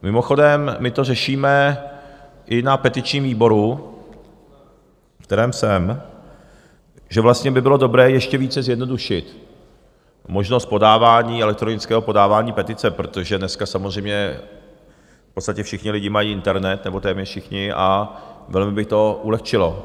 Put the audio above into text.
Mimochodem, my to řešíme i na petičním výboru, v kterém jsem, že vlastně by bylo dobré ještě více zjednodušit možnost podávání, elektronického podávání petice, protože dneska samozřejmě v podstatě všichni lidé mají internet, nebo téměř všichni, a velmi by to ulehčilo.